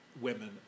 women